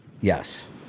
Yes